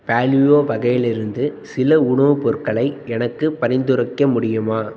paleo வகையிலிருந்து சில உணவுப் பொருட்களை எனக்கு பரிந்துரைக்க முடியுமா